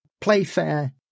Playfair